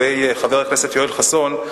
חבר הכנסת יואל חסון,